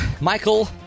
Michael